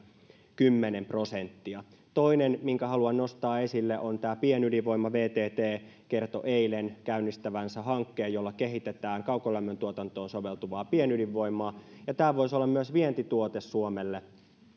kymmenen prosenttia toinen minkä haluan nostaa esille on pienydinvoima vtt kertoi eilen käynnistävänsä hankkeen jolla kehitetään kaukolämmön tuotantoon soveltuvaa pienydinvoimaa tämä voisi myös olla vientituote suomelle